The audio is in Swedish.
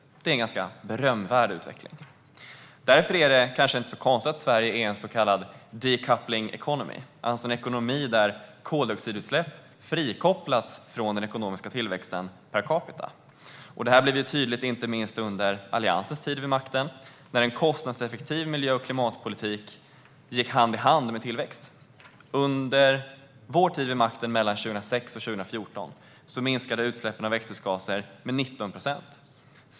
Det är en ganska berömvärd utveckling. Därför är det inte så konstigt att Sverige är en så kallad decoupling economy, alltså en ekonomi där koldioxidutsläpp frikopplats från den ekonomiska tillväxten per capita. Det här blev tydligt inte minst under Alliansens tid vid makten där en kostnadseffektiv miljö och klimatpolitik gick hand i hand med tillväxt. Under vår tid vid makten 2006-2014 minskade utsläppen av växthusgaser med 19 procent.